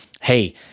hey